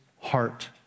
heart